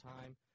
Time